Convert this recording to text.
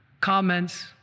comments